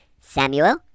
Samuel